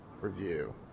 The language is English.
review